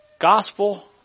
gospel